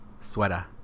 sweater